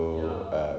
ya